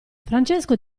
francesco